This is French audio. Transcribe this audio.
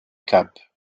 cup